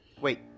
Wait